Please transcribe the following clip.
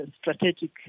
strategic